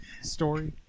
Story